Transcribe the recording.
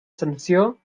sanció